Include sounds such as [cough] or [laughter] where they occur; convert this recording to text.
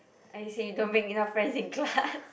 I say don't make enough friends in class [laughs]